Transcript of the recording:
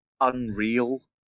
unreal